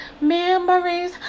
memories